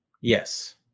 Yes